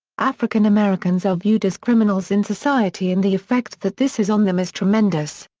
african americans are viewed as criminals in society and the effect that this has on them is tremendous.